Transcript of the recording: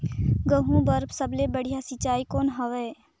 गहूं बर सबले बढ़िया सिंचाई कौन हवय?